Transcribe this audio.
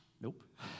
Nope